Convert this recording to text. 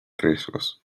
riesgos